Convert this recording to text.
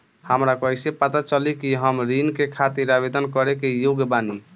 हमरा कइसे पता चली कि हम ऋण के खातिर आवेदन करे के योग्य बानी?